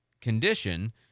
condition